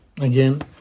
again